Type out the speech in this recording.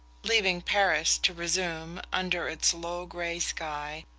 leaving paris to resume, under its low grey sky,